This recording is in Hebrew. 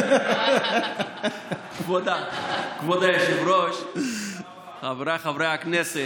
כבוד היושב-ראש, חבריי חברי הכנסת,